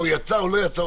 יצא או לא יצא,